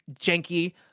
janky